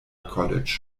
college